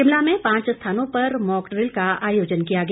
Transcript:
शिमला में पांच स्थानों पर मॉक ड्रिल का आयोजन किया गया